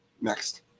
Next